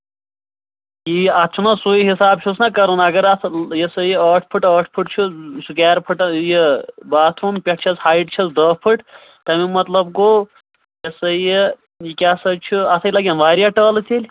اَتھ چھُنہ سُے حِساب چھُس نہ کَرُن اَگر اَتھ یہِ سا یہِ ٲٹھ پھٕٹہٕ ٲٹھ پھٕٹہٕ چھُ سُکیر پھٕٹہٕ یہِ باتھ روٗم پٮ۪ٹھٕ چھَس ہایِٹھ چھَس دَہ پھٕٹہٕ تَمیُک مطلب گوٚو یہِ سا یہِ یہِ کیٛاہ سا چھُ اَتھَے لَگَن واریاہ ٹٲلہٕ تیٚلہِ